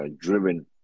driven